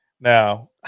Now